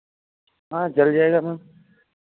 हाँ चल जाएगा मैम